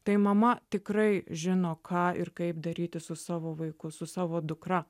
tai mama tikrai žino ką ir kaip daryti su savo vaikus su savo dukra